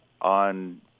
on